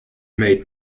made